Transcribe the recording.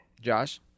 Josh